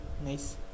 Nice